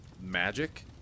magic